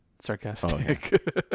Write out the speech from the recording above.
sarcastic